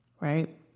Right